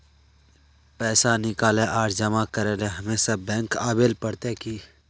पैसा निकाले आर जमा करेला हमेशा बैंक आबेल पड़ते की?